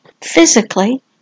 physically